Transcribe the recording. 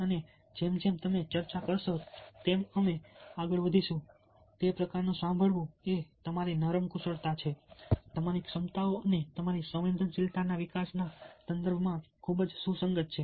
અને જેમ જેમ તમે ચર્ચા કરશો તેમ અમે આગળ વધીશું તે પ્રકારનું સાંભળવું એ તમારી નરમ કુશળતા તમારી ક્ષમતાઓ અને તમારી સંવેદનશીલતાના વિકાસના સંદર્ભમાં ખૂબ જ સુસંગત છે